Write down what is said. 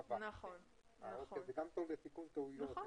זה טוב גם לתיקון טעויות.